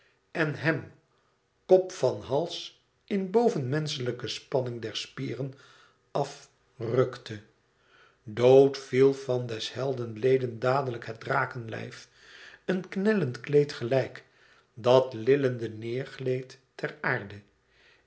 en hem kop van hals in bovenmenschelijke spanning der spieren af rùkte dood viel van des helden leden dadelijk het drakenlijf een knellend kleed gelijk dat lillende neêr gleed ter aarde